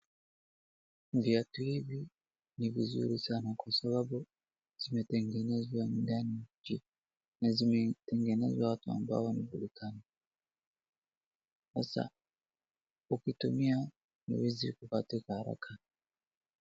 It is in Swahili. Viatu hivi ni vizuri sana kwa sababu zimetengenezwa ndani ya nchi na zimetengenezwa watu ambao wanajulikana hasaa ukitumia ngozi hukatika haraka.